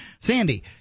Sandy